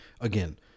Again